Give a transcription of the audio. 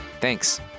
Thanks